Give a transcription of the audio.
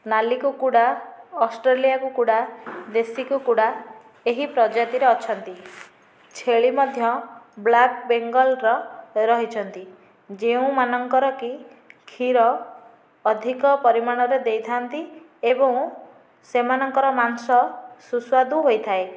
ନାଲି କୁକୁଡ଼ା ଅଷ୍ଟ୍ରେଲିଆ କୁକୁଡ଼ା ଦେଶୀ କୁକୁଡ଼ା ଏହି ପ୍ରଜାତିର ଅଛନ୍ତି ଛେଳି ମଧ୍ୟ ବ୍ଲାକ ବେଙ୍ଗଲର ରହିଛନ୍ତି ଯେଉଁମାନଙ୍କର କି କ୍ଷୀର ଅଧିକ ପରିମାଣରେ ଦେଇଥାଆନ୍ତି ଏବଂ ସେମାନଙ୍କର ମାଂସ ସୁସ୍ୱାଦୁ ହୋଇଥାଏ